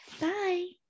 Bye